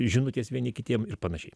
žinutės vieni kitiem ir panašiai